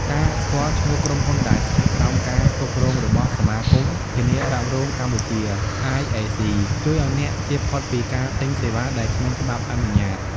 ការស្គាល់ឈ្មោះក្រុមហ៊ុនដែលស្ថិតក្រោមការគ្រប់គ្រងរបស់ សមាគមធានារ៉ាប់រងកម្ពុជា (IAC) ជួយឱ្យអ្នកជៀសផុតពីការទិញសេវាដែលគ្មានច្បាប់អនុញ្ញាត។